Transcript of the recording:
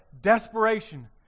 desperation